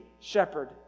shepherd